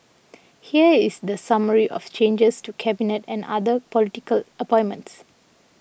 here is the summary of changes to Cabinet and other political appointments